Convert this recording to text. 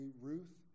Ruth